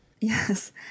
Yes